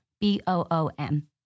B-O-O-M